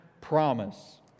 promise